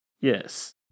Yes